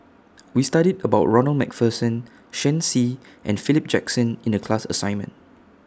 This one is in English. We studied about Ronald MacPherson Shen Xi and Philip Jackson in The class assignment